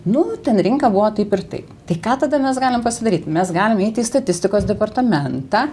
nu ten rinka buvo taip ir taip tai ką tada mes galim pasidaryti mes galim eiti į statistikos departamentą